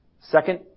Second